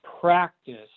practice